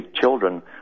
children